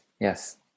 yes